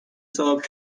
صاحب